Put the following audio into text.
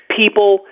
people